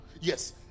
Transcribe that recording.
yes